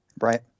Right